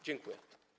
Dziękuję.